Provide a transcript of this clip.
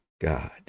God